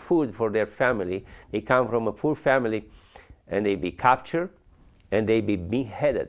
food for their family they come from a poor family and they be capture and they be beheaded